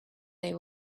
they